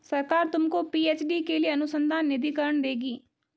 सरकार तुमको पी.एच.डी के लिए अनुसंधान निधिकरण देगी